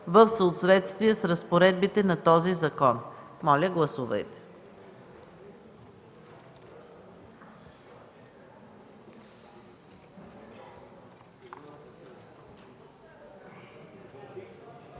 в съответствие с разпоредбите на този закон”. Гласували